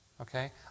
Okay